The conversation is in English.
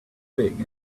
big